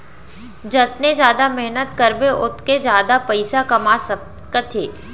जतने जादा मेहनत करबे ओतके जादा पइसा कमा सकत हे